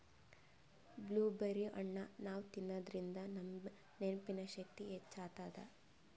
blueberry ಹಣ್ಣ್ ನಾವ್ ತಿನ್ನಾದ್ರಿನ್ದ ನಮ್ ನೆನ್ಪಿನ್ ಶಕ್ತಿ ಹೆಚ್ಚ್ ಆತದ್